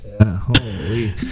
holy